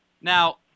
Now